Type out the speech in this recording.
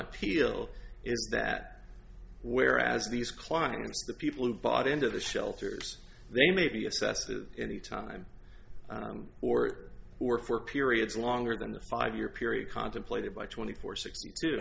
appeal is that whereas these clients the people who bought into the shelters they may be assessed at any time or were for periods longer than the five year period contemplated by twenty four sixty two